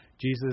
Jesus